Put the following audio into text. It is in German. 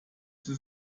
sie